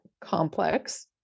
complex